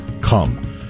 come